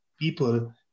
people